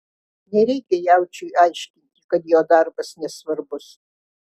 nereikia jaučiui aiškinti kad jo darbas nesvarbus